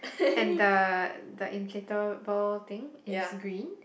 and the the insider bowl thing is green